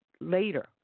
later